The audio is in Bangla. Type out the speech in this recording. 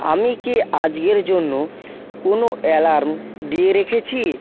আমি কি আজকের জন্য কোনো অ্যালার্ম দিয়ে রেখেছি